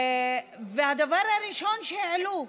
והדבר הראשון שהעלו: